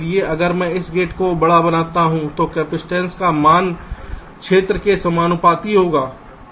इसलिए अगर मैं इस गेट को बड़ा बनाता हूं तो कैपेसिटेंस का मान क्षेत्र के समानुपाती होता है